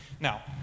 Now